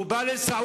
הוא בא לסעודיה,